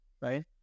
right